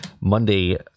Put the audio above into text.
Monday